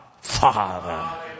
Father